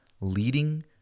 leading